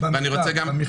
במכתב, במכתב.